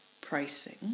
pricing